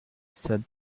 said